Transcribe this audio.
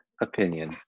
Opinion